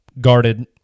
guarded